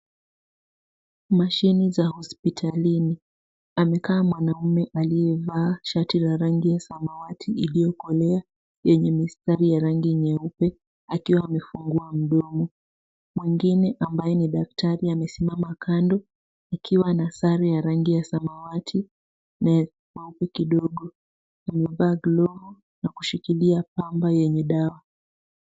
Mashini za hospitalini amekaa mwanaume aliyevaa shati la rangi ya samawati iliyokolea yenye mistari ya rangi nyeupe akiwa amefungua mdomo, mwengine ambae ni daktari amesimama kando akiwa na sare ya rangi ya samawati na maumbo kidogo amevaa glovu na kushikilia pamba yenye dawa.